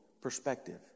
perspective